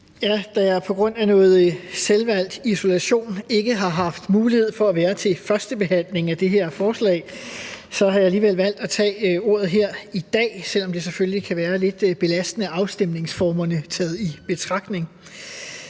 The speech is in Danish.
da jeg på grund af noget selvvalgt isolation ikke har haft mulighed for at være til førstebehandlingen af det her lovforslag, har jeg alligevel valgt at tage ordet her i dag, selv om det selvfølgelig kan være lidt belastende afstemningsformerne taget i betragtning.